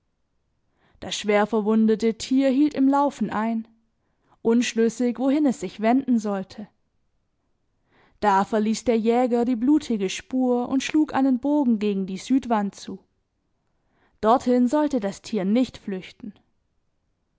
das schwerverwundete tier hielt im laufen ein unschlüssig wohin es sich wenden sollte da verließ der jäger die blutige spur und schlug einen bogen gegen die südwand zu dorthin sollte das tier nicht flüchten